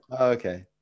okay